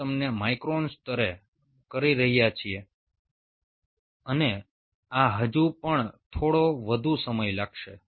અમે તમે માઇક્રોન સ્તરે કરી રહ્યા છીએ અને આ હજુ પણ થોડો વધુ સમય લેશે